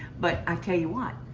but i tell you what.